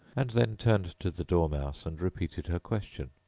and then turned to the dormouse, and repeated her question.